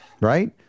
Right